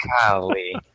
Golly